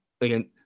again